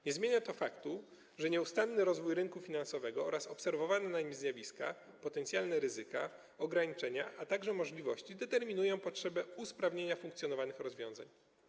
Nie zmienia to faktu, że nieustanny rozwój rynku finansowego oraz obserwowane na nim zjawiska, potencjalne ryzyka, ograniczenia, a także możliwości determinują potrzebę usprawnienia funkcjonujących rozwiązań.